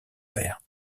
père